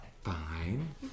Fine